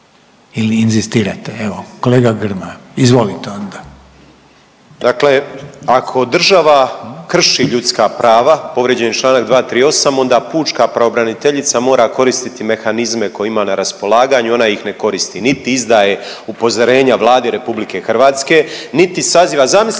ili inzistirate? Evo, kolega Grmoja, izvolite onda. **Grmoja, Nikola (MOST)** Dakle, ako država krši ljudska prava, povrijeđen je Članak 238., onda pučka pravobraniteljica mora koristiti mehanizme koje ima na raspolaganju, ona ih ne koristi. Niti izdaje upozorenja Vladi RH, niti saziva,